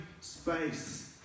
space